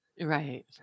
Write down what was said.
Right